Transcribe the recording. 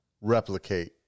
replicate